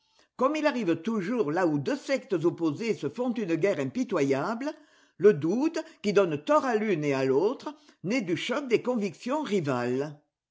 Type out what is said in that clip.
comme il arrive toujours là où deux sectes opposées se font une guerre impitoyable le doute qui donne tort à l'une et à l'autre naît du choc des convictions rivales